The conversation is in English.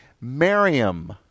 Miriam